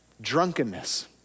Drunkenness